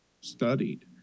studied